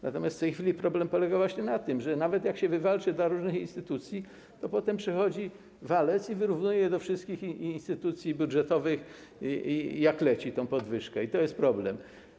Natomiast w tej chwili problem polega na tym, że nawet gdy się ją wywalczy dla różnych instytucji, to potem przychodzi walec i wyrównuje do wszystkich instytucji budżetowych jak leci tę podwyżkę i to jest problem.